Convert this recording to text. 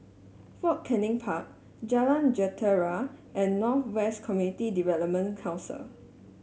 Fort Canning Park Jalan Jentera and North West Community Development Council